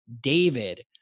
David